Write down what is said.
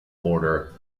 order